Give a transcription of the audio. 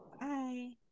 Bye